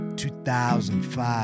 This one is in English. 2005